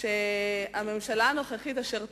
שהממשלה הנוכחית, אשר תורכב,